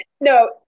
no